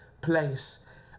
place